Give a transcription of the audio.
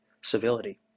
civility